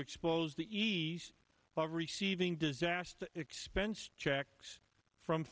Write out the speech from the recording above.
expose the ease of receiving disaster expense checks from